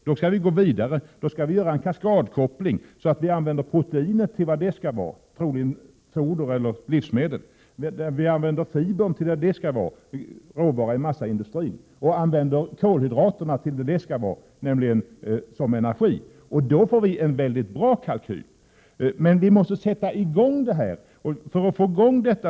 Då skall vi gå vidare och göra en kaskadkoppling, så att vi använder proteinet till foder eller livsmedel, fibrerna till råvara i massaindustrin och kolhydraterna till energi. Då får vi en mycket bra kalkyl. Men vi måste sätta i gång med detta.